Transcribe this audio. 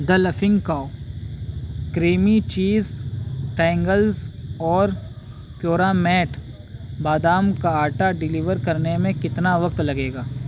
دی laughing cow creamy cheese triangles اور پیورامیٹ بادام کا آٹا ڈیلیور کرنے میں کتنا وقت لگے گا